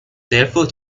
therefore